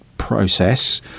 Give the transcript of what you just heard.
process